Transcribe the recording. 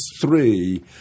three